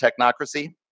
technocracy